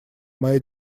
моя